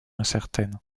incertaine